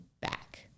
back